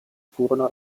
furono